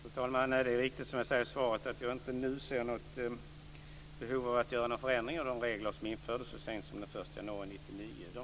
Fru talman! Det är riktigt som jag säger i svaret, att jag inte nu ser något behov av att göra någon förändring av de regler som infördes så sent som den 1 januari 1999.